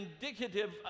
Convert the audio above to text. indicative